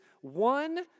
one